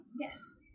Yes